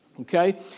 Okay